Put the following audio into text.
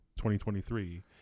2023